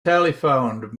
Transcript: telephoned